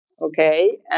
okay